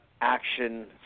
action